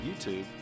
YouTube